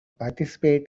participate